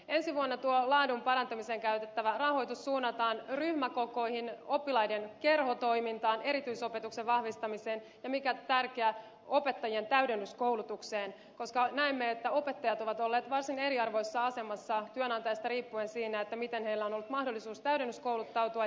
ensi vuonna laadun parantamiseen käytettävä rahoitus suunnataan ryhmäkokoihin oppilaiden kerhotoimintaan erityisopetuksen vahvistamiseen ja mikä tärkeää opettajien täydennyskoulutukseen koska näemme että opettajat ovat olleet varsin eriarvoisessa asemassa työnantajasta riippuen siinä miten heillä on ollut mahdollisuus täydennyskouluttautua